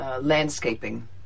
landscaping